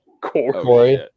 Corey